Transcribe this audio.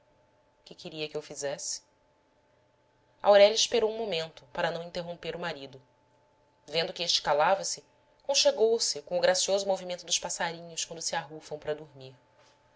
que queria que eu fizesse aurélia esperou um momento para não interromper o marido vendo que este calava-se conchegouse com o gracioso movimento dos passarinhos quando se arrufam para dormir